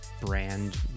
brand